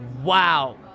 Wow